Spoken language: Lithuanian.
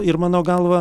ir mano galva